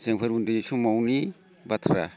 जोंफोर उन्दैसमावनि बाथ्रा